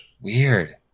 Weird